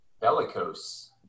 Bellicose